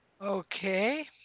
Okay